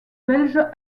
belge